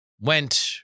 Went